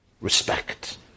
respect